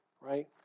right